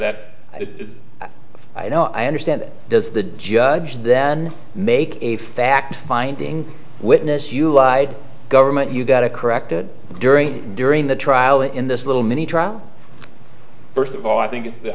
that i know i understand does the judge then make a fact finding witness you lied government you got a corrected during during the trial in this little mini trial first of all i think it's the